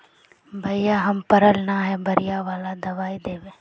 भैया हम पढ़ल न है बढ़िया वाला दबाइ देबे?